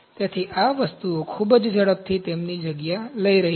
તેથી આ વસ્તુઓ ખૂબ જ ઝડપથી તેમની જગ્યા લઈ રહી છે